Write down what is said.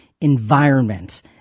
environment